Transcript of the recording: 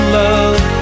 love